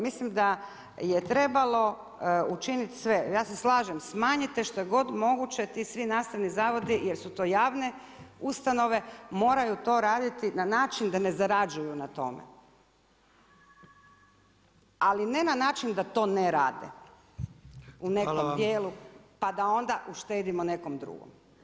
Mislim da je trebalo učiniti sve, ja se slažem, smanjite što je god moguće ti svi nastavni zavodi jer su to javne ustanove moraju to raditi na način da ne zarađuju na tome, ali ne na način da to ne rade u nekom dijelu pa da onda uštedimo nekom drugom.